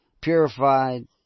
purified